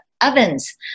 ovens